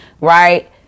right